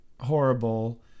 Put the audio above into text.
horrible